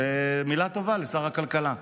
מילה טובה לשר הכלכלה.